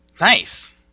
Nice